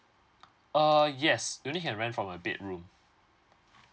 uh yes you only can rent from a bedroom